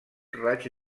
raig